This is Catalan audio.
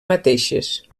mateixes